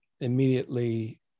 immediately